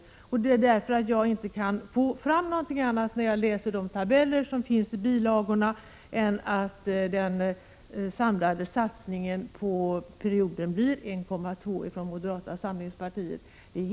Men när jag läser de tabeller som finns i bilagorna, kan jag inte komma fram till någonting annat än att den samlade satsningen under perioden blir 1,2 90 ifrån Prot. 1986/87:133 moderata samlingspartiets sida.